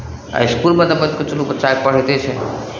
आ इसकुलमे तऽ अपन किछु लोक बच्चाकेँ पढ़यते छै